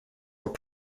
were